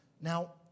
Now